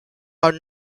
are